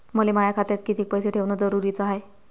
मले माया खात्यात कितीक पैसे ठेवण जरुरीच हाय?